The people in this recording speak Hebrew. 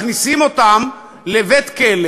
מכניסים אותם לבית-כלא,